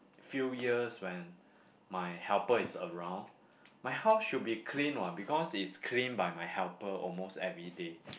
few years when my helper is around my house should be clean one because it's clean by my helper almost every day